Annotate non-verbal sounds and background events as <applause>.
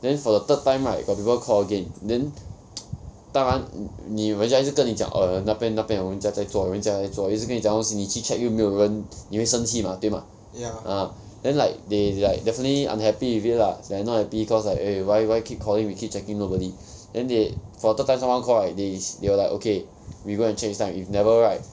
then for the third time right got people call again then <noise> 当然你人家一直跟你讲 err 那边那边有人家在坐人家在坐一直跟你讲东西你去 check 又没有人你会生气 mah 对 mah ah then like they like definitely unhappy with it lah they not happy cause like eh why why keep calling we keep checking nobody then they for the third time someone call right they they were like okay we go and check this time if never right